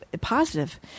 positive